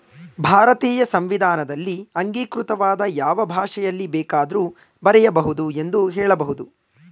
ಭಾರತೀಯ ಸಂವಿಧಾನದಲ್ಲಿ ಅಂಗೀಕೃತವಾದ ಯಾವ ಭಾಷೆಯಲ್ಲಿ ಬೇಕಾದ್ರೂ ಬರೆಯ ಬಹುದು ಎಂದು ಹೇಳಬಹುದು